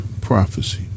prophecy